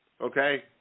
Okay